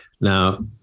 now